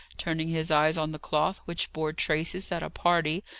turning his eyes on the cloth, which bore traces that a party,